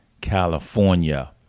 California